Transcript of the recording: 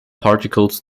particles